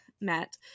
met